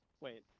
Wait